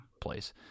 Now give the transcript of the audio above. place